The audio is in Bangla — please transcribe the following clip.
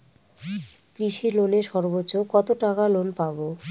কৃষি লোনে সর্বোচ্চ কত টাকা লোন পাবো?